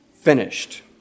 finished